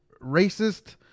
racist